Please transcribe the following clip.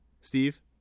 Steve